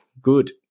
good